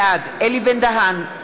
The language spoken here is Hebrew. בעד אלי בן-דהן,